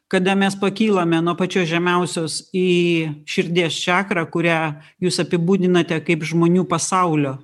kada mes pakylame nuo pačios žemiausios į širdies čakrą kurią jūs apibūdinate kaip žmonių pasaulio